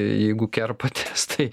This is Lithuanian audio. jeigu kerpatės tai